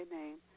name